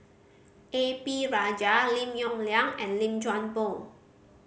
A P Rajah Lim Yong Liang and Lim Chuan Poh